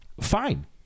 Fine